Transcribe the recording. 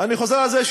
אני חוזר על זה: